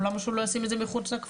או למה שהוא לא ישים את זה מחוץ לכפר?